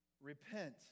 Repent